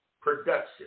production